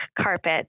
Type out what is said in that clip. carpet